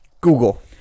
Google